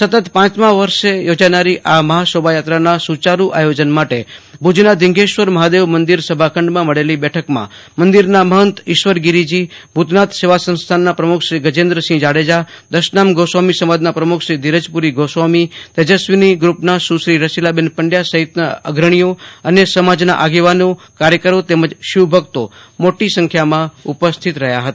સતત પાંચમાં વર્ષમાં યોજાનારી આ મહાશોભાયાત્રાના સુચારૂ આયોજન માટે ભુજના ધિંગેશ્વર મહાદેવ મંદિર સભાખંડમાં મળેલી બેઠકમાં મંદિરના મહંત ઈશ્વરગીરીજી ભૂતનાથ સેવા સંસ્થાનના પ્રમુખ શ્રી ગજેન્દ્રસિંહ જાડેજા દશનામ ગોસ્વામી સમાજના પ્રમુખ શ્રી ધીરજપુરી ગોસ્વામી તેજસ્વીની ગ્રુપના સુશ્રી રસિલાબેન પંડ્યા સહિતના અગ્રણીઓ અન્ય સમાજના આગેવાનો કાર્યકરો તેમજ શિવભક્તો મોટી સંખ્યામાં ઉપસ્થિત રહ્યા હતા